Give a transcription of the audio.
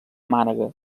mànega